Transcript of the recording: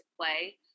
play